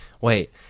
Wait